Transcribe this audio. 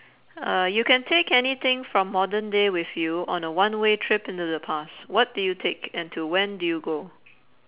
uh you can take anything from modern day with you on a one way day trip into the past what do you take and to when do you go